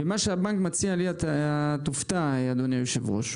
מה שהבנק מציע, אתה תופתע, אדוני היושב-ראש.